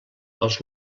els